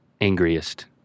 angriest